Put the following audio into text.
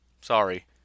sorry